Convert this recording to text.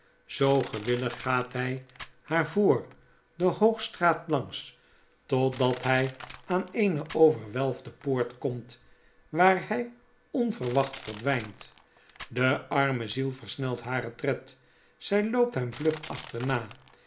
zoo gewillig gaat hy haar voor de hoogstraat langs totdat hy aan eene overwelfde poort komt waar hy onverwacht verdwynt de arme ziel versnelt haren tred zy loopt hem vlug achterna